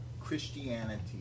Christianity